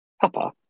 Papa